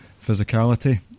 physicality